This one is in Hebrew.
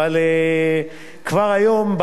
אבל כבר היום,